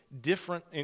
different